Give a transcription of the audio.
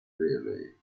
railway